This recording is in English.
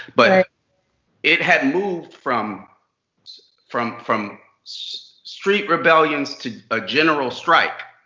but it had moved from from from street rebellions to a general strike.